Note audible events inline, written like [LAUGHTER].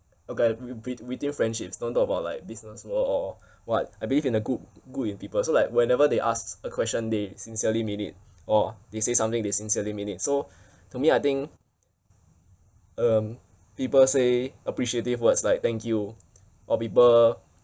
okay I wi~ wi~ within friendships don't talk about like business or what I believe in a good good in people so like whenever they asked a question they sincerely mean it or they say something they sincerely mean it so [BREATH] to me I think um people say appreciative words like thank you or people